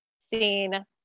seen